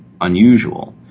unusual